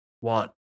one